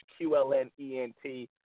QLNENT